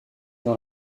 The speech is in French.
dans